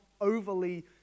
overly